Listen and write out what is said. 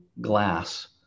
glass